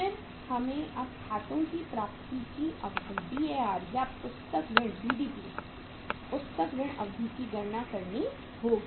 फिर हमें अब खातों की प्राप्ति की अवधि या पुस्तक ऋण BDP पुस्तक ऋण अवधि की गणना करनी होगी